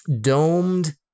domed